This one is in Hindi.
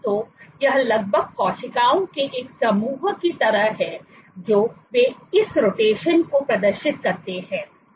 तो यह लगभग कोशिकाओं के एक समूह की तरह है जो वे इस रोटेशन को प्रदर्शित करते हैं